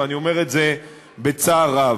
ואני אומר את זה בצער רב.